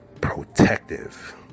protective